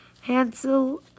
Hansel